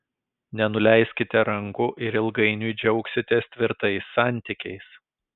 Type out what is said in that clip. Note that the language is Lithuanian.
nenuleiskite rankų ir ilgainiui džiaugsitės tvirtais santykiais